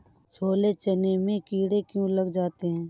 छोले चने में कीड़े क्यो लग जाते हैं?